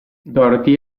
dorothy